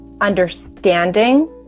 understanding